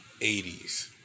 80s